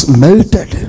melted